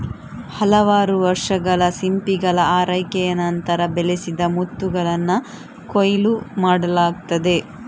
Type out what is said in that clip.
ಹಲವಾರು ವರ್ಷಗಳ ಸಿಂಪಿಗಳ ಆರೈಕೆಯ ನಂತರ, ಬೆಳೆಸಿದ ಮುತ್ತುಗಳನ್ನ ಕೊಯ್ಲು ಮಾಡಲಾಗ್ತದೆ